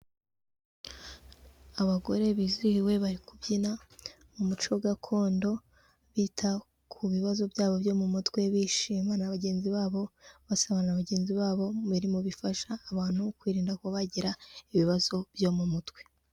Abagore bizihiwe bari kubyina umuco gakondo bita ku bibazo byabo byo mu mutwe bishima na bagenzi babo basa na bagenzi babo mu mirimo bifasha abantu kwirinda ko bagira ibibazo byo mu mutwe.